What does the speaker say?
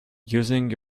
using